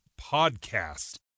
podcast